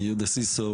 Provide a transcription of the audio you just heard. יהודה סיסו,